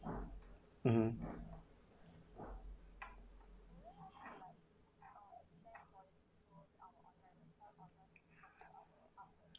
mmhmm